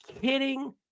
kidding